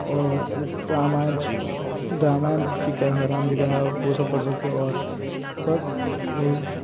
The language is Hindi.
और रामायण रामायण सीता राम जी का है वो सब पढ़ सकते हो और बस यही